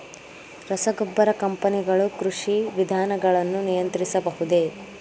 ರಸಗೊಬ್ಬರ ಕಂಪನಿಗಳು ಕೃಷಿ ವಿಧಾನಗಳನ್ನು ನಿಯಂತ್ರಿಸಬಹುದೇ?